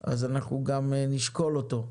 אז אנחנו גם נשקול אותו.